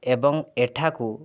ଏବଂ ଏଠାକୁ